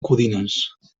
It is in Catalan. codines